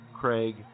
Craig